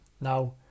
now